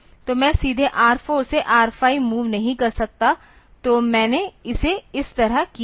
तो मैं सीधे R4 से R5 मूव नहीं कर सकता तो मैंने इसे इस तरह किया है